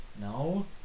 No